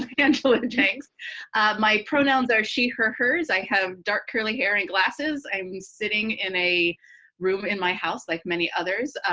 angela and jenks. my pronouns are she her hers. i have dark curly hair and glasses. i'm sitting in a room in my house, like many others.